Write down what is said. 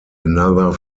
another